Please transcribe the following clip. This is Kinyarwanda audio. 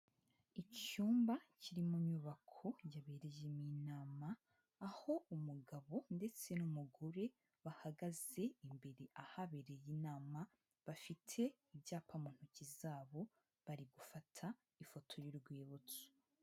Icyumba kiri mu nyubako yabereyemo inama, aho umugabo ndetse n'umugore bahagaze imbere ahabereye inama, bafite ibyapa mu ntoki zabo bari gufata ifoto y'urwibutso.